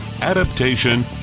adaptation